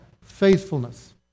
faithfulness